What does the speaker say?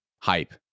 hype